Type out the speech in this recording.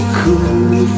cool